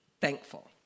thankful